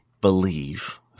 believe